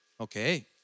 okay